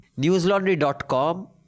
newslaundry.com